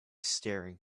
staring